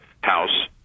House